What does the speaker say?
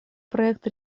проект